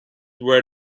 where